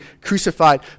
crucified